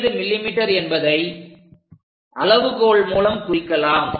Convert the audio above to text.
35 mm என்பதை அளவுகோல் மூலம் குறிக்கலாம்